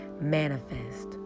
manifest